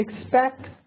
expect